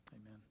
Amen